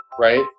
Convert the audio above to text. right